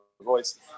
voice